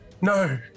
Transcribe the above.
No